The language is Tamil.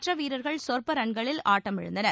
மற்ற வீரர்கள் சொற்ப ரன்களில் ஆட்டமிழந்தனர்